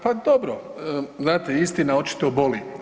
Pa dobro, znate istina očito boli.